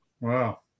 Wow